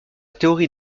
théorie